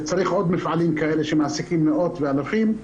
וצריך עוד מפעלים כאלה שמעסיקים מאות ואלפי אנשים,